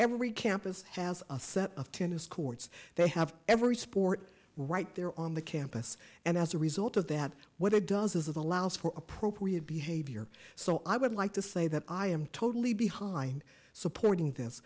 every campus has a set of tennis courts they have every sport right there on the campus and as a result of that what it does is allows for appropriate behavior so i would like to say that i am totally behind supporting this